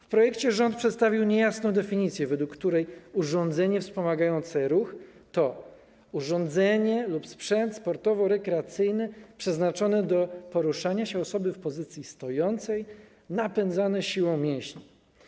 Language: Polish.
W projekcie rząd przedstawił niejasną definicję, według której urządzenie wspomagające ruch to urządzenie lub sprzęt sportowo-rekreacyjny przeznaczone do poruszania się osoby w pozycji stojącej, napędzane siłą mięśni.